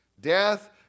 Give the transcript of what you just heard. death